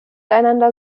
einander